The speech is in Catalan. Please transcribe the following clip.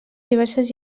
diverses